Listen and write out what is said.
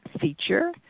feature